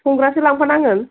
संग्रासो लांफानांगोन